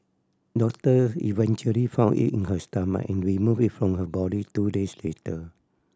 doctor eventually found it in her stomach and removed it from her body two days later